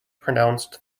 pronounced